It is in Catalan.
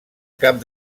cap